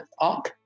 up